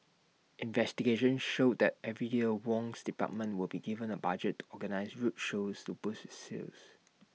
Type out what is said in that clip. investigation showed that every year Wong's department would be given A budget to organise road shows to boost its sales